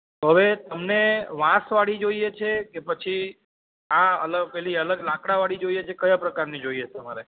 તો હવે તમને વાંસ જોઈએ છે કે પછી આ અલ પેલી અલગ લાકડાવાળી જોઈએ છે કયા પ્રકારની જોઈએ તમારે